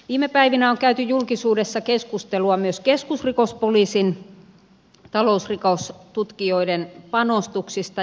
viime päivinä on käyty julkisuudessa keskustelua myös keskusrikospoliisin talousrikostutkijoiden panostuksista